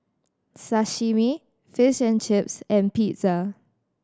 Sashimi Fish and Chips and Pizza